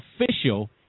official